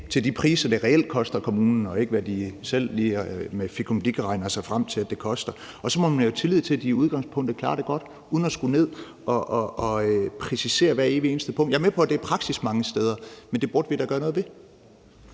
til de priser, det reelt koster kommunen, og ikke, hvad de selv med fikumdik lige regner sig frem til at det koster. Og så må man jo have tillid til, at de i udgangspunktet klarer det godt, uden at skulle ned og præcisere hver evig eneste punkt. Jeg er med på, at det er praksis mange steder, men det burde vi da gøre noget ved.